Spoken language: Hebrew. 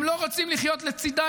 הם לא רוצים לחיות לצידה,